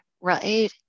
right